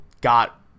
got